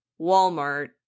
walmart